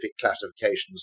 classifications